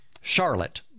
Charlotte